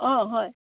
অঁ হয়